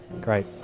Great